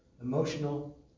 emotional